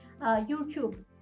YouTube